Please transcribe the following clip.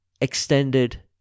extended